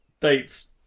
dates